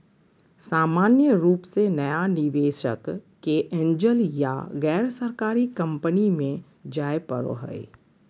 सामान्य रूप से नया निवेशक के एंजल या गैरसरकारी कम्पनी मे जाय पड़ो हय